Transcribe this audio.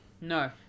No